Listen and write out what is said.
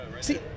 see